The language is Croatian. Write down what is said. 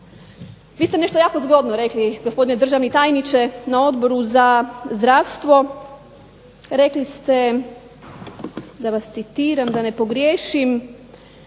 Vi ste nešto jako zgodno rekli gospodine državni tajniče na Odboru za zdravstvo. Rekli ste da vas citiram, da ne pogriješim,